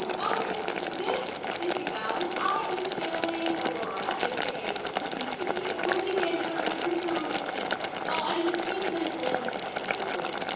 um all right, so for this disney bound, i am channeling aurora, aka sleeping beauty when she's in her two-toned paint dress. well i mean it's pink and then it's blue and then it's pink and then it's blue.